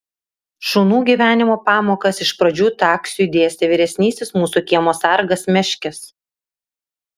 šunų gyvenimo pamokas iš pradžių taksiui dėstė vyresnysis mūsų kiemo sargas meškis